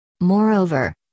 Moreover